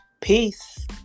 Peace